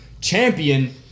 champion